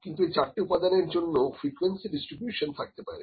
কিন্তু এই চারটে উপাদানের জন্য ফ্রিকোয়েন্সি ডিস্ট্রিবিউশন থাকতে পারে